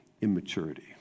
immaturity